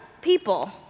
people